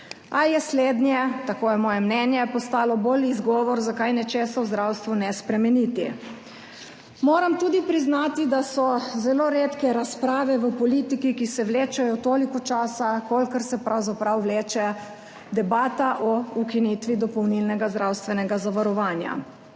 a je slednje, tako je moje mnenje, postalo bolj izgovor, zakaj nečesa v zdravstvu ne spremeniti. Moram priznati tudi, da so zelo redke razprave v politiki, ki se vlečejo toliko časa, kolikor se pravzaprav vleče debata o ukinitvi dopolnilnega zdravstvenega zavarovanja.